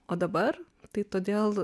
o dabar tai todėl